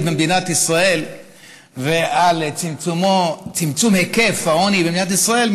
במדינת ישראל ולצמצום היקף העוני במדינת ישראל,